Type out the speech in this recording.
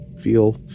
feel